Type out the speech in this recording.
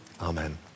amen